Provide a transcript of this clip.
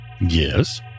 Yes